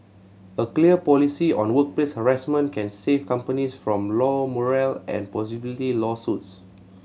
a clear policy on workplace harassment can save companies from low morale and possibly lawsuits